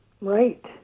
Right